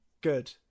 Good